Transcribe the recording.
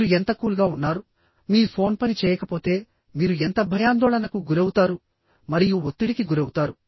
మీరు ఎంత కూల్ గా ఉన్నారు మీ ఫోన్ పనిచేయకపోతే మీరు ఎంత భయాందోళనకు గురవుతారు మరియు ఒత్తిడికి గురవుతారు